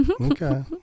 Okay